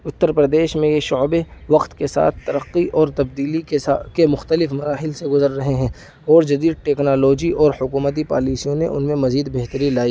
اتر پردیش میں یہ شعبے وقت کے ساتھ ترقی اور تبدیلی کے ساتھ کے مختلف مراحل سے گزر رہے ہیں اور جدید ٹیکنالوجی اور حکومتی پالیسیوں نے ان میں مزید بہتری لائی